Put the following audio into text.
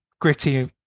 gritty